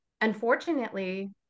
unfortunately